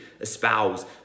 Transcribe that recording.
espouse